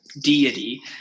deity